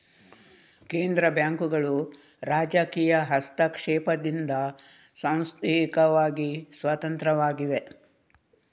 ಕೇಂದ್ರ ಬ್ಯಾಂಕುಗಳು ರಾಜಕೀಯ ಹಸ್ತಕ್ಷೇಪದಿಂದ ಸಾಂಸ್ಥಿಕವಾಗಿ ಸ್ವತಂತ್ರವಾಗಿವೆ